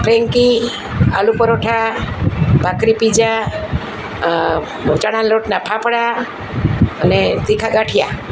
frankie aloo paratha bhakri pizza ચણાના લોટના ફાફડા અને તીખા ગાંઠિયા